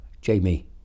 jamie